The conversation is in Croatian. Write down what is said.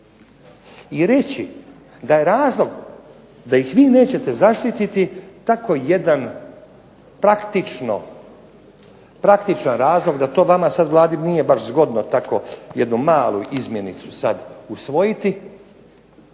I reći da je razlog da ih vi nećete zaštititi, tako jedan praktičan razloga da to vama sad Vladi nije baš zgodno tako jednu malu izmjenicu sad usvojiti